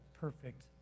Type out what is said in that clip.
perfect